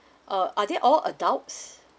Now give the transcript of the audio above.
uh are they all adults